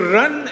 run